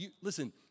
listen